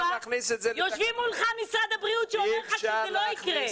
יושב מולך משרד הבריאות, שאומר לך שזה לא יקרה.